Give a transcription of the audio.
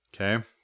okay